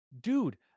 dude